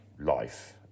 life